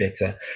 better